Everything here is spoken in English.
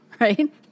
Right